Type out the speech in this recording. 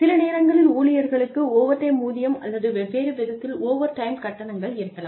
சில நேரங்களில் ஊழியர்களுக்கு ஓவர்டைம் ஊதியம் அல்லது வெவ்வேறு விகிதத்தில் ஓவர் டைம் கட்டணங்கள் இருக்கலாம்